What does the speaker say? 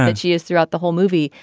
and she has throughout the whole movie.